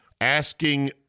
asking